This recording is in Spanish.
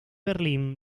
berlín